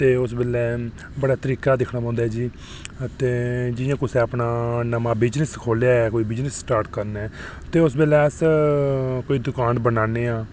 ते उस बेल्लै बड़ा तरीका दिक्खना होंदा ऐ जी ते जियां कुसै अपना नमां बिज़नेस खोल्लेआ कोई बिज़नेस स्टार्ट करना ऐ ते उस बेल्लै अस कोई दुकान बनाने आं